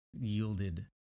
yielded